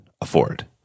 afford